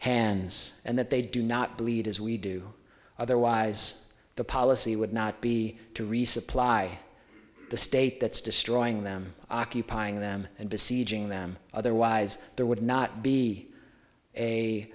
hands and that they do not believe as we do otherwise the policy would not be to resupply the state that's destroying them occupying them and besieging them otherwise there would not be a